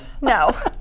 No